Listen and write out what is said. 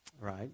right